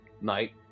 night